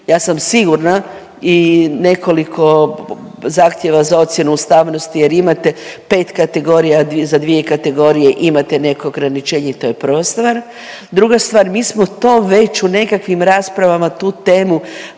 ja sam sigurna i nekoliko zahtjeva za ocjenu ustavnosti jer imate 5 kategorija, za 2 kategorije imate neko ograničenje to je prva stvar. Druga stvar, mi smo to već u nekakvim raspravama tu temu